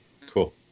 Cool